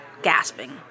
Gasping